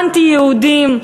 אנטי-יהודיים,